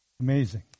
amazing